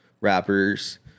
rappers